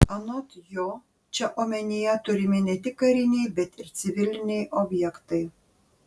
anot jo čia omenyje turimi ne tik kariniai bet ir civiliniai objektai